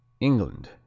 England